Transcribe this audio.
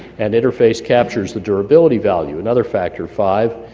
and interface captures the durability value, another factor five